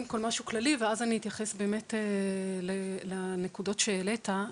ואז אתייחס לנקודות שהעלית.